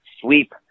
sweep